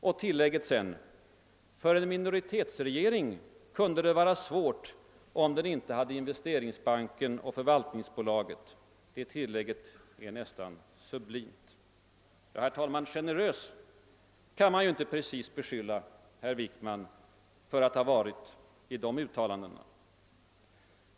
Och tillägget: >För en minoritetsregering kunde det vara svårt, om den inte hade investeringsbanken och förvaltningsbolaget», är nästan sublimt. Generös kan man inte precis beskylla statsrådet Wickman för att ha varit i dessa uttalanden.